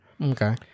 Okay